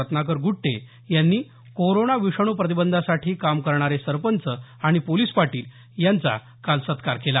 रत्नाकर गुट्टे यांनी कोरोना विषाणू प्रतिबंधासाठी काम करणारे सरपंच आणि पोलीस पाटील यांचा काल सत्कार केला